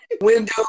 window